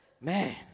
man